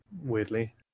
weirdly